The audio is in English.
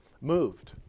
moved